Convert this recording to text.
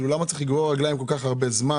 למה צריך לגרור רגליים כל-כך הרבה זמן?